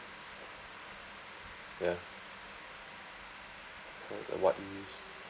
ya so the what ifs